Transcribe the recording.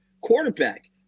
quarterback